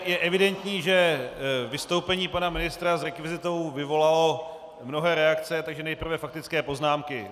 Je evidentní, že vystoupení pana ministra s rekvizitou vyvolalo mnohé reakce, takže nejprve faktické poznámky.